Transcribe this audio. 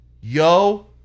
yo